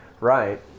Right